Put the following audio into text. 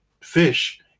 fish